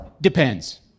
depends